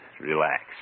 relax